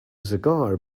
cigar